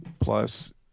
Plus